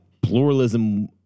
pluralism